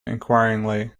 inquiringly